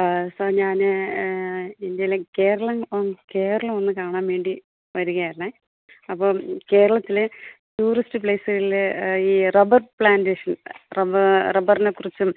ആ സാർ ഞാന് ഇന്ത്യയിലെ കേരളം കേരളം ഒന്ന് കാണാന് വേണ്ടി വരുകയാണേ അപ്പോള് കേരളത്തിലെ ടൂറിസ്റ്റ് പ്ലേസുകളിലെ ഈ റബ്ബർ പ്ലാൻറ്റേഷൻ റബ്ബറിനെ കുറിച്ചും